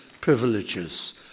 privileges